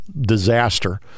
disaster